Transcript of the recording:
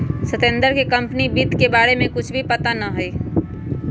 सत्येंद्र के कंपनी वित्त के बारे में कुछ भी पता ना हई